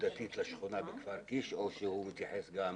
נקודתית לשכונה בכפר קיש או שהוא מתייחס גם